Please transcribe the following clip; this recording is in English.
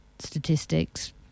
statistics